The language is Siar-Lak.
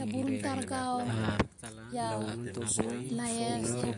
A burun tar gau, iau a laes, a